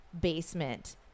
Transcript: basement